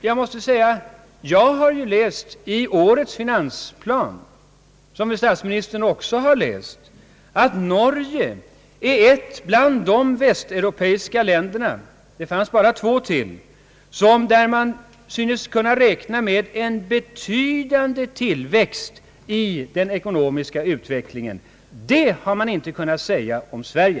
Jag har emellertid läst i årets finansplan, som väl statsministern också har läst, att Norge är ett av de västeuropeiska länder — det finns bara två till — där man synes kunna räkna med en betydande tillväxt i den ekonomiska utvecklingen. Det har man inte kunnat säga om Sverige.